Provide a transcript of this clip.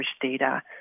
data